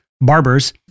barbers